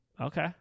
Okay